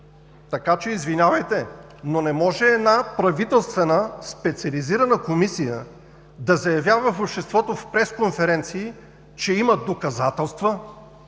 така че, извинявайте, но не може една правителствена специализирана комисия да заявява в обществото в пресконференции, че има доказателства,